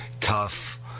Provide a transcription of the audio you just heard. tough